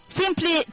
simply